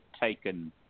taken